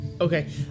Okay